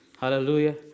Hallelujah